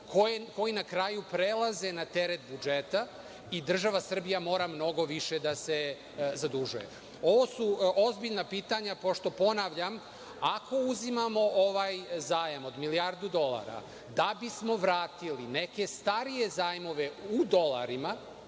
koji na kraju prelaze na teret budžeta i država Srbija mora mnogo više da se zadužuje. Ovo su ozbiljna pitanja pošto, ponavljam, ako uzimamo ovaj zajam od milijardu dolara da bismo vratili neke starije zajmove u dolarima,